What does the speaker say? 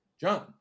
John